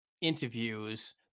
interviews